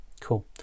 Cool